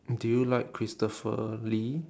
do you like christopher lee